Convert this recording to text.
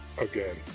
Again